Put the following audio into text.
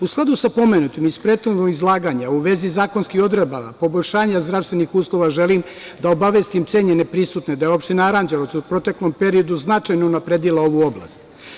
U skladu sa pomenutim iz prethodnog izlaganja, a u vezi zakonskih odredaba, poboljšanja zdravstvenih uslova želim da obavestim cenjene prisutne, da je opština Aranđelovac u proteklom periodu značajno unapredila ovu oblast.